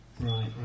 right